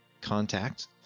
Contact